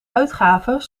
uitgaven